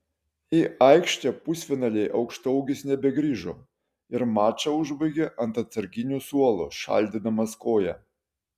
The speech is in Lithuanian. į aikštę pusfinalyje aukštaūgis nebegrįžo ir mačą užbaigė ant atsarginių suolo šaldydamas koją